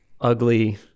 ugly